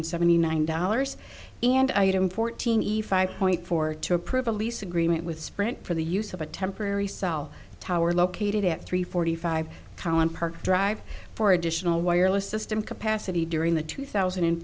seventy nine dollars and item fourteen eve five point four to approve a lease agreement with sprint for the use of a temporary cell tower located at three forty five collin park drive for additional wireless system capacity during the two thousand and